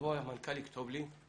יבוא המנכ"ל ויכתוב לי,